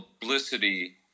publicity